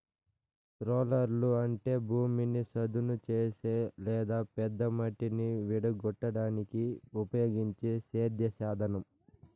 రోలర్లు అంటే భూమిని చదును చేసే లేదా పెద్ద మట్టిని విడగొట్టడానికి ఉపయోగించే సేద్య సాధనం